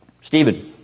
Stephen